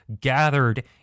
gathered